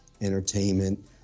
entertainment